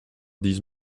these